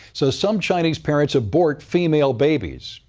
so some chinese parents abort female babies.